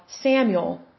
Samuel